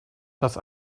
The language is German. das